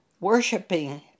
worshipping